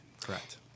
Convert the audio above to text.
Correct